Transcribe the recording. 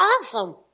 awesome